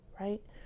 right